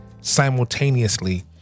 simultaneously